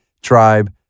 tribe